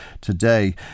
today